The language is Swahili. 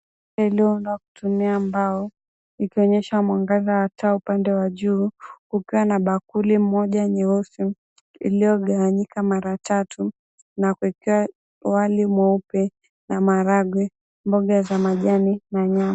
Na kutumia mbao ikionsha mwangaza wa taa kukiwa na bakuli moja nyeusi ilio gawanyika mara tatu na kuekewa wali mweupe na mahargwe mboga za majni na maharagwe.